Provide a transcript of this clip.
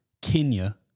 Kenya